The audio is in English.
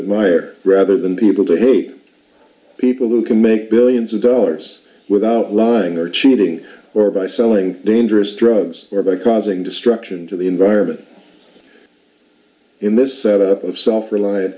admire rather than people to hate people who can make billions of dollars without lying or cheating or by selling dangerous drugs or by causing destruction to the environment in this set up of soft rel